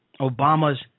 Obama's